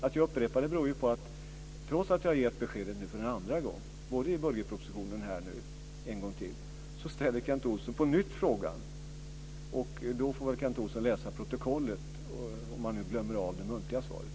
Att jag upprepar det beror på att trots att jag nu har gett beskedet en andra gång, både i budgetpropositionen och nu här en gång till, ställer Kent Olsson på nytt frågan. Då får väl Kent Olsson läsa protokollet, om han nu glömmer av det muntliga svaret.